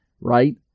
right